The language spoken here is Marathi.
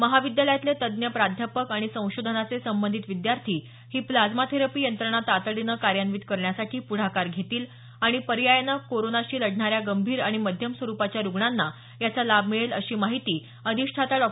महाविद्यालयातले तज्ञ प्राध्यापक आणि संशोधनाचे संबंधित विद्यार्थी ही प्लाझ्मा थेरपी यंत्रणा तातडीनं कार्यान्वित करण्यासाठी पुढाकार घेतील आणि पर्यायाने कोरोनाशी लढणाऱ्या गंभीर आणि मध्यम स्वरूपाच्या रुग्णांना यांचा लाभ मिळेल अशी माहिती अधिष्ठाता डॉ